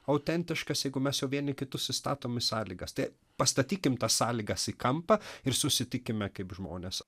autentiškas jeigu jau mes vieni kitus įstatom į sąlygas tai pastatykim sąlygas į kampą ir susitikime kaip žmonės